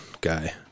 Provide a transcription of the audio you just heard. guy